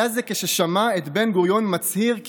היה זה כששמעה את בן-גוריון מצהיר כי